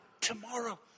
tomorrow